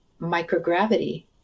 microgravity